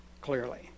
clearly